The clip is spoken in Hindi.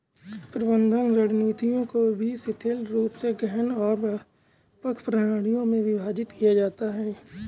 प्रबंधन रणनीतियों को भी शिथिल रूप से गहन और व्यापक प्रणालियों में विभाजित किया जाता है